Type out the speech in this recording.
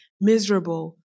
miserable